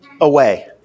away